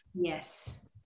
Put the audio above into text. yes